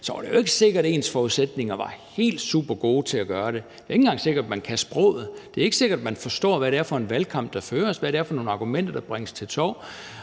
så var det jo ikke sikkert, at ens forudsætninger var helt supergode til at gøre det. Det er jo ikke engang sikkert, man kan sproget. Det er ikke sikkert, man forstår, hvad det er for en valgkamp, der føres, og hvad det er for nogle argumenter, der bringes til torvs.